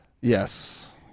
Yes